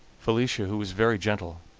felicia, who was very gentle,